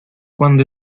cuando